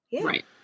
Right